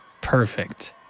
perfect